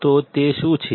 તો તે શું છે